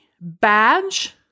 badge